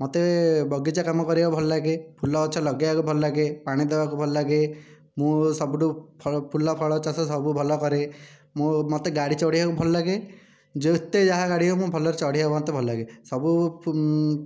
ମୋତେ ବଗିଚା କାମ କରିବାକୁ ଭଲ ଲାଗେ ଫୁଲ ଗଛ ଲଗେଇବାକୁ ଭଲ ଲାଗେ ପାଣି ଦେବାକୁ ଭଲ ଲାଗେ ମୁଁ ସବୁଠାରୁ ଫୁଲ ଫଳ ଚାଷ ସବୁ ଭଲ କରେ ମୁଁ ମୋତେ ଗାଡ଼ି ଚଢ଼ିବାକୁ ଭଲ ଲାଗେ ଯେତେ ଯାହା ଗାଡ଼ି ହେଉ ମୁଁ ଭଲରେ ଚଢ଼ିବାକୁ ମୋତେ ଭଲ ଲାଗେ ସବୁ